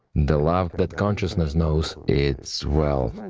the love but consciousness knows, it's, well,